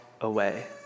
away